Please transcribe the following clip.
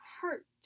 hurt